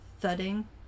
thudding